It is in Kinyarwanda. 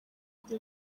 kuri